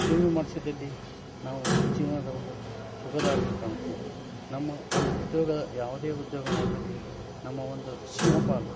ಜೀವ ವಿಮೆ ಮಾಡಿಸಿದ್ದಲ್ಲಿ ನಾವು ಜೀವನದ ಒಂದು ಸುಖ ದಾರಿನ ಕಾಣುತ್ತೀವಿ ನಮ್ಮ ಒಂದು ಉದ್ಯೋಗ ಯಾವುದೇ ಉದ್ಯೋಗ ಮಾಡಿದಲ್ಲಿ ನಮ್ಮ ಒಂದು ಸಿಂಹಪಾಲು